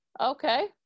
Okay